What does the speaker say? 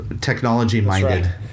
technology-minded